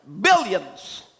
billions